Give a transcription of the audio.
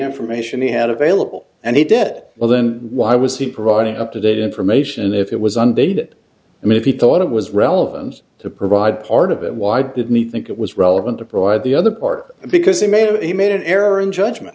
information he had available and he did it well then why was he providing up to date information and if it was undated i mean if he thought it was relevant to provide part of it why did me think it was relevant to provide the other part because he may have made an error in judgment